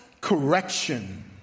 correction